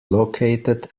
located